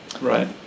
Right